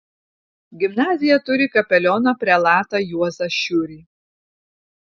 gimnazija turi kapelioną prelatą juozą šiurį